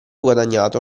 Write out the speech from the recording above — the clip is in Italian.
guadagnato